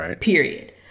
period